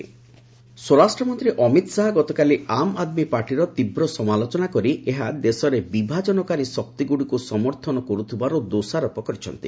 ଅମିତ ଶାହା କେଜରିଓ୍ବାଲ୍ ସ୍ୱରାଷ୍ଟ୍ର ମନ୍ତ୍ରୀ ଅମିତ ଶାହା ଗତକାଲି ଆମ୍ ଆଦମୀ ପାର୍ଟିର ତୀବ୍ର ସମାଲୋଚନା କରି ଏହା ଦେଶରେ ବିଭାଜନକାରୀ ଶକ୍ତିଗୁଡ଼ିକୁ ସମର୍ଥନ କର୍ଥିବାର ଦୋଷାରୋପ କରିଛନ୍ତି